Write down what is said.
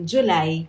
July